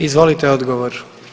Izvolite odgovor.